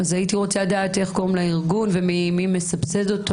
הייתי רוצה לדעת איך קוראים לארגון ומי מסבסד אותו?